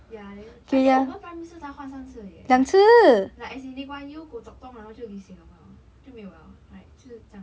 ya then I think 我们 prime minister 才换三次而已 eh like like as in lee kuan yew goh chok tong 然后就 lee hsein long liao 就没有人 liao like 就这样 liao